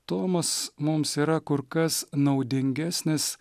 tomas mums yra kur kas naudingesnis